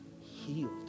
healed